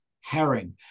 herring